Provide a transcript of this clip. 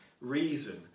reason